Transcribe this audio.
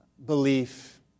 belief